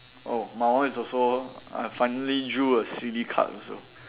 oh my one is also I finally drew a silly card also